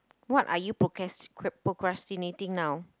what are you procras~ procrastinating now